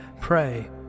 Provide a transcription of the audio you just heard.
pray